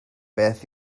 beth